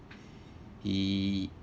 he